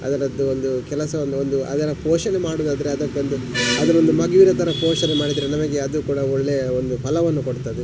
ಅದರದ್ದು ಒಂದು ಕೆಲಸವನ್ನು ಒಂದು ಅದರ ಪೋಷಣೆ ಮಾಡೋದಾದ್ರೆ ಅದಕ್ಕೊಂದು ಅದನ್ನೊಂದು ಮಗುವಿನ ಥರ ಪೋಷಣೆ ಮಾಡಿದರೆ ನಮಗೆ ಅದು ಕೂಡ ಒಳ್ಳೆಯ ಒಂದು ಫಲವನ್ನು ಕೊಡ್ತದೆ